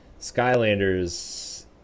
Skylanders